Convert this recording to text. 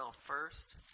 first